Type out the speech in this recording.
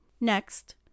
Next